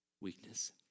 Weakness